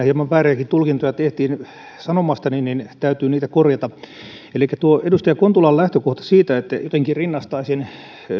hieman vääriäkin tulkintoja tehtiin sanomastani niin täytyy niitä korjata elikkä tuo edustaja kontulan lähtökohta siitä että jotenkin rinnastaisin